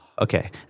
Okay